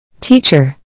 Teacher